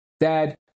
Dad